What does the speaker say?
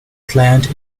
plant